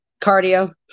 cardio